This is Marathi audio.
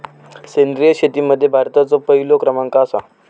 सेंद्रिय शेतीमध्ये भारताचो पहिलो क्रमांक आसा